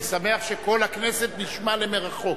אני שמח שקול הכנסת נשמע למרחוק.